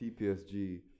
TPSG